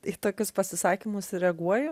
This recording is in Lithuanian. į tokius pasisakymus reaguoju